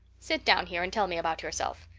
sit down here and tell me about yourself.